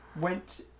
went